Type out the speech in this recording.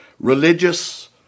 Religious